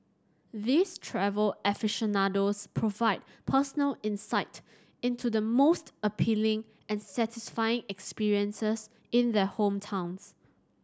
these travel aficionados provide personal insight into the most appealing and satisfying experiences in their hometowns